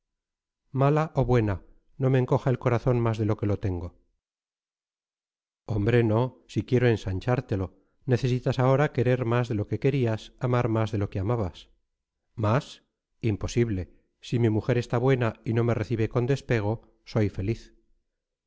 mala o buena no me encoja el corazón más de lo que lo tengo hombre no si quiero ensanchártelo necesitas ahora querer más de lo que querías amar más de lo que amabas más imposible si mi mujer está buena y no me recibe con despego soy feliz